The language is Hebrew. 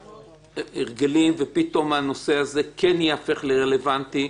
הרגלים ופתאום הנושא הזה כן ייהפך רלוונטי.